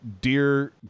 dear